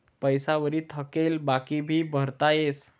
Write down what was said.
पैसा वरी थकेल बाकी भी भरता येस